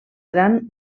gran